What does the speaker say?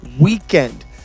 weekend